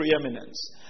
preeminence